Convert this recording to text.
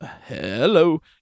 Hello